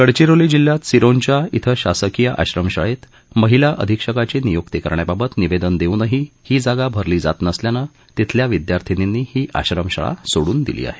गडचिरोली जिल्ह्यात सिरोंचा इथं शासकीय आश्रमशाळेत महिला अधिक्षकाची नियुक्ती करण्याबाबत निवेदन देऊनही ही जागा भरली जात नसल्यानं तिथल्या विद्यार्थिनींनी ही आश्रमशाळा सोडून दिली आहे